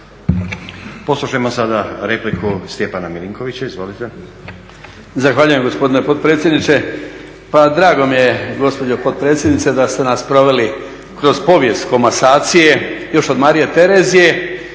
Poslušajmo sada repliku Stjepana Milinkovića, izvolite.